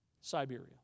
Siberia